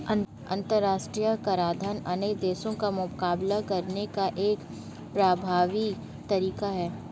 अंतर्राष्ट्रीय कराधान अन्य देशों का मुकाबला करने का एक प्रभावी तरीका है